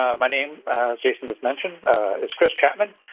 my name as jason just mentioned is chris chapman.